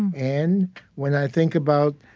and when i think about